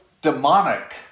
demonic